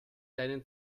deinen